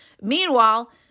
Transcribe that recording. Meanwhile